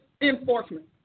enforcement